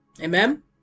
Amen